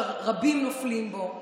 שרבים נופלים בו,